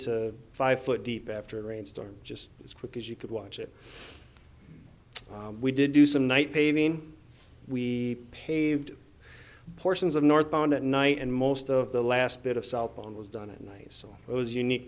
to five foot deep after a rainstorm just as quick as you could watch it we did do some night paving we paved portions of northbound at night and most of the last bit of salt on was done at night so it was unique